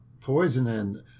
poisoning